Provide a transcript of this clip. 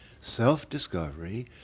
self-discovery